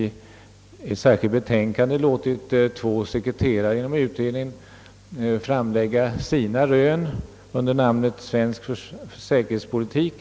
Detta skulle bl.a. gälla de rön som försvarsutredningen genom två av sina sekreterare lagt fram i skriften »Svensk säkerhetspolitik».